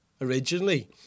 originally